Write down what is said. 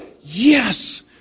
yes